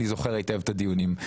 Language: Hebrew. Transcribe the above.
אני זוכר היטב את הדיונים,